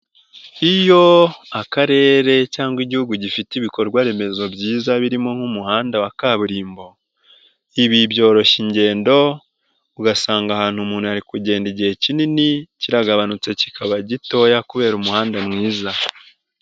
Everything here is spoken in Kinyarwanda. Iyo Akarere cyangwa Igihugu gifite ibikorwaremezo byiza birimo nk'umuhanda wa kaburimbo, ibi byoroshya ingendo ugasanga ahantu umuntu yari kugenda igihe kinini kiragabanutse kikaba gitoya kubera umuhanda mwiza.